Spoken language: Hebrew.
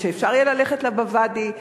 ויהיה אפשר ללכת בוואדי,